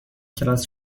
کلاس